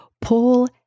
Paul